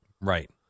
Right